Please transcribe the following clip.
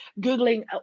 googling